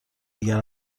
دیگر